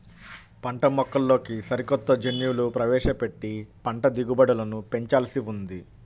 పంటమొక్కల్లోకి సరికొత్త జన్యువులు ప్రవేశపెట్టి పంట దిగుబడులను పెంచాల్సి ఉంది